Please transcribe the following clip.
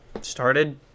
started